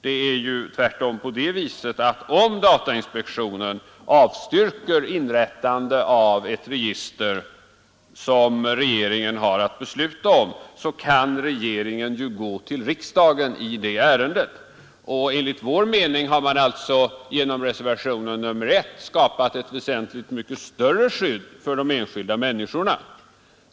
Det är tvärtom på det viset att om datainspektionen avstyrker inrättande av ett register som regeringen har att besluta om kan regeringen gå till riksdagen i det ärendet, och enligt vår mening har man alltså genom reservationen 1 skapat ett väsentligt mycket större skydd för de enskilda människorna.